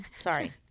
Sorry